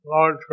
Lord